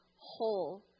whole